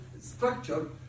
structure